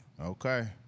Okay